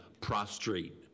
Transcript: prostrate